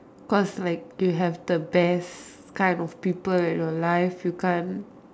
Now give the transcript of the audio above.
cause like you have the best kind of people in your life you can't